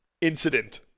incident